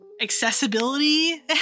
accessibility